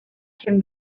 can